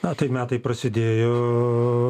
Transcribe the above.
na tai metai prasidėjo